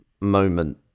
moment